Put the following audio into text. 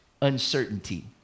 uncertainty